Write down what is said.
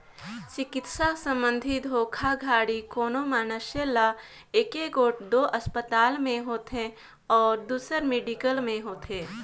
चिकित्सा संबंधी धोखाघड़ी कोनो मइनसे ल एगोट दो असपताल में होथे अउ दूसर मेडिकल में होथे